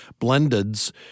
blendeds